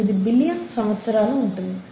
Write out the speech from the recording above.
8 billion సంవత్సరాలు ఉంటుంది